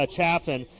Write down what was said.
Chaffin